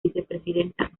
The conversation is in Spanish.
vicepresidenta